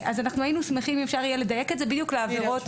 היינו שמחים אם היה אפשר לדייק את זה בדיוק לעבירות